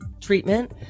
treatment